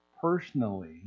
personally